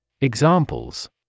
Examples